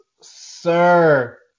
sir